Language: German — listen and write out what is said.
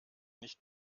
nicht